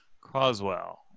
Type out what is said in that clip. Croswell